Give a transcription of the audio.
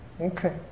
Okay